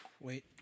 wait